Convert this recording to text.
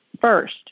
First